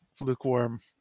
lukewarm